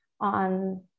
on